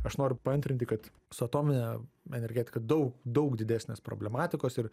aš noriu paantrinti kad su atomine energetika daug daug didesnės problematikos ir